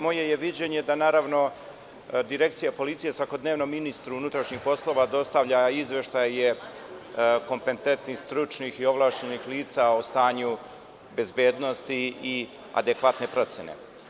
Moje je viđenje da naravno, Direkcija policije svakodnevno ministru unutrašnjih poslova dostavlja izveštaje kompetentnih, stručnih i ovlašćenih lica o stanju bezbednosti i adekvatne procene.